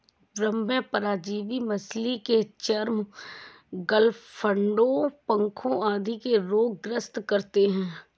बाह्य परजीवी मछली के चर्म, गलफडों, पंखों आदि के रोग ग्रस्त करते है